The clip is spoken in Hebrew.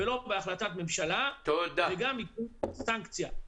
ולא בהחלטת ממשלה וגם -- -סנקציה.